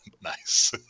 Nice